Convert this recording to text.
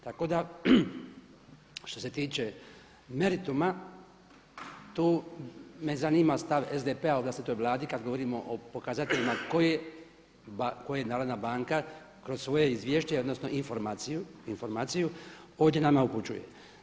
Tako da što se tiče merituma tu me zanima stav SDP-a o vlastitoj Vladi kad govorimo o pokazateljima koje je Narodna banka kroz svoje izvješće, odnosno informaciju ovdje nama upućuje.